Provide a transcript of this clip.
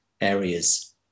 areas